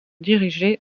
dirigé